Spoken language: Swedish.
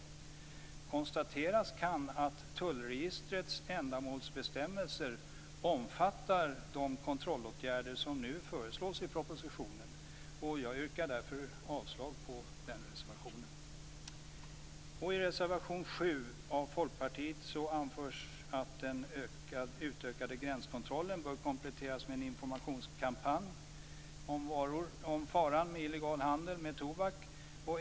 Det går att konstatera att tullregistrets ändamålsbestämmelser omfattar de kontrollåtgärder som nu föreslås i propositionen. Jag yrkar därför avslag på reservationen. I reservation 7 av Folkpartiet anförs att den utökade gränskontrollen bör kompletteras med en informationskampanj om faran med illegal handel med tobak.